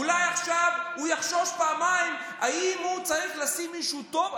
אולי עכשיו הוא יחשוש פעמיים אם הוא צריך לשים מישהו טוב,